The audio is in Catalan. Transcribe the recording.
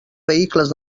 vehicles